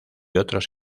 otros